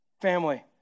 Family